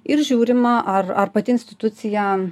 ir žiūrima ar ar pati institucija